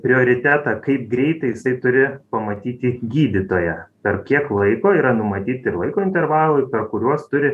prioritetą kaip greitai jisai turi pamatyti gydytoją per kiek laiko yra numatyti ir laiko intervalai per kuriuos turi